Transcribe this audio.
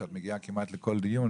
שאת מגיעה כמעט לכל דיון,